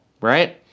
right